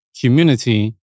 community